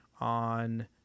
on